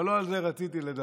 אבל לא על זה רציתי לדבר.